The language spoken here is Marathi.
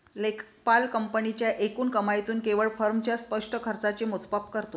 लेखापाल कंपनीच्या एकूण कमाईतून केवळ फर्मच्या स्पष्ट खर्चाचे मोजमाप करतो